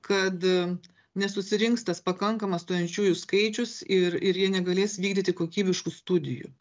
kad e nesusirinks tas pakankamas stojančiųjų skaičius ir ir jie negalės vykdyti kokybiškų studijų